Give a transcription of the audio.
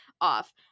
off